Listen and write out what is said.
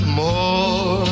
more